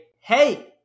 Hey